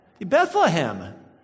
Bethlehem